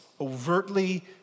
overtly